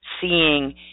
seeing